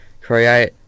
Create